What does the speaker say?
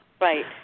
Right